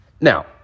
Now